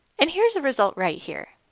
and here is a result right here.